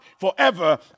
forever